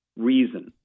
reason